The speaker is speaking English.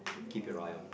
keep your eye on